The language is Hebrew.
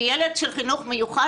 כי ילד של חינוך מיוחד,